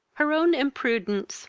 her own imprudence,